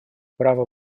право